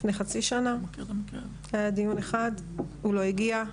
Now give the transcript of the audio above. לפני חצי שנה היה דיון אחד, הוא לא הגיע.